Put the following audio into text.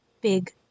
big